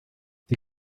die